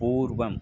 पूर्वम्